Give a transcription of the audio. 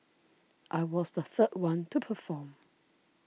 I was the third one to perform